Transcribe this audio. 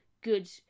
good